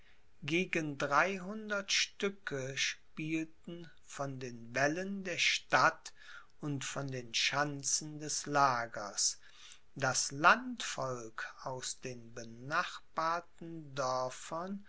gegen dreihundert stücke spielten von den wällen der stadt und von den schanzen des lagers das landvolk aus den benachbarten dörfern